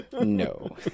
no